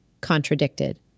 contradicted